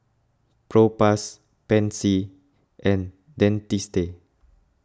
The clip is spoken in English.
Propass Pansy and Dentiste